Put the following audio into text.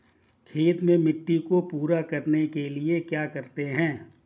खेत में मिट्टी को पूरा करने के लिए क्या करते हैं?